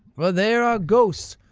for there are ghosts.